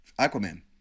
Aquaman